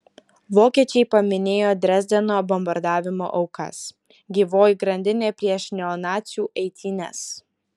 vokiečiai paminėjo dresdeno bombardavimo aukas gyvoji grandinė prieš neonacių eitynes